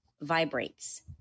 vibrates